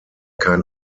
kein